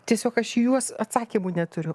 tiesiog aš į juos atsakymų neturiu